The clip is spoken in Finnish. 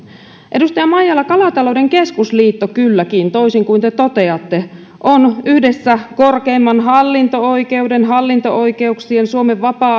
edustaja maijala kalatalouden keskusliitto kylläkin toisin kuin te toteatte on yhdessä korkeimman hallinto oikeuden hallinto oikeuksien suomen vapaa